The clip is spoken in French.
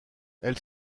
elle